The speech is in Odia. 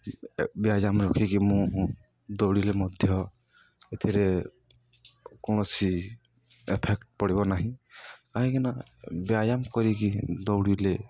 ବ୍ୟାୟାମ ରଖିକି ମୁଁ ଦୌଡ଼ିଲେ ମଧ୍ୟ ଏଥିରେ କୌଣସି ଏଫେକ୍ଟ ପଡ଼ିବ ନାହିଁ କାହିଁକିନା ବ୍ୟାୟାମ କରିକି ଦୌଡ଼ିଲେ